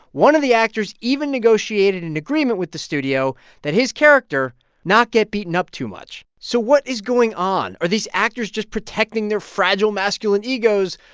one of the actors even negotiated an agreement with the studio that his character not get beaten up too much so what is going on? are these actors just protecting their fragile masculine egos,